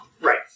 Right